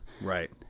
Right